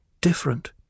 different